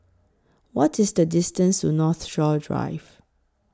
What IS The distance to Northshore Drive